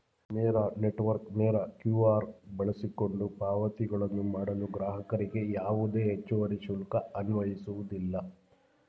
ಮೇರಾ network ಮೇರಾ QR ಬಳಸಿಕೊಂಡು ಪಾವತಿಗಳನ್ನು ಮಾಡಲು ಗ್ರಾಹಕರಿಗೆ ಯಾವುದೇ ಹೆಚ್ಚುವರಿ ಶುಲ್ಕ ಅನ್ವಯಿಸುವುದಿಲ್ಲ